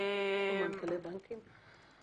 יש גם מנכ"לי בנקים.